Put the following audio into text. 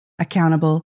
accountable